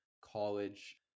college